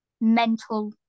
mental